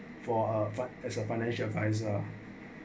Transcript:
for a f~ as a financial adviser